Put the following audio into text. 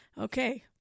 Okay